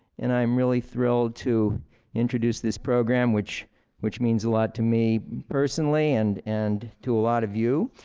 and i'm really thrilled to introduce this program, which which means a lot to me personally and and to a lot of you.